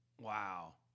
Wow